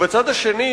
ובצד השני,